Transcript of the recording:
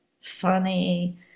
funny